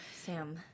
Sam